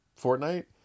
Fortnite